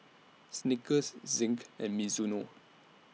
Snickers Zinc and Mizuno